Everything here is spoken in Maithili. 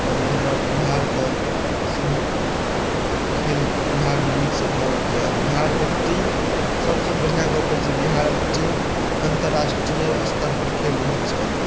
आओर ई हमर बिहारके सेहो खेल बिहारमे नीकसँ भऽ रहल छथि आओर बिहारके टीम सभसँ बढ़िआँ गप्प अछि जे बिहारक टीम अन्तराष्ट्रीय स्तरपर खेल रहल छथि